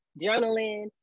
journaling